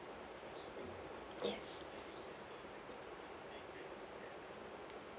yes